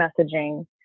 messaging